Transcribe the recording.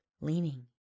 leaning